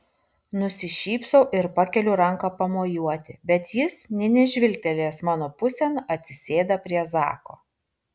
nusišypsau ir pakeliu ranką pamojuoti bet jis nė nežvilgtelėjęs mano pusėn atsisėda prie zako